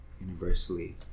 universally